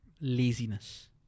Laziness